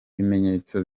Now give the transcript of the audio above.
bimenyetso